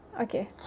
Okay